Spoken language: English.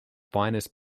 finest